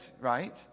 right